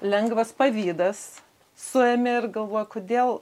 lengvas pavydas suėmė ir galvoju kodėl